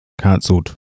cancelled